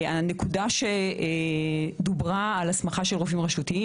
בנושא הסמכה של רופאים רשותיים,